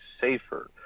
safer